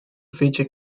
feature